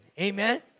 Amen